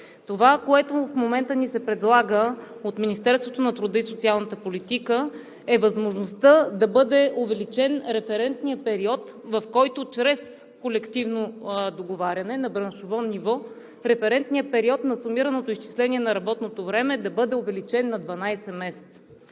Това, което в момента ни се предлага от Министерството на труда и социалната политика, е възможността чрез колективно договаряне на браншово ниво референтният период на сумираното изчисление на работното време да бъде увеличен на 12 месеца.